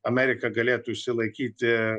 amerika galėtų išsilaikyti